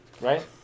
Right